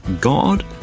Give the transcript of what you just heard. God